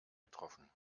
getroffen